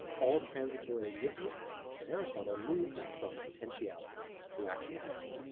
all transitory existence for aristotle moves from potentiality to actuality.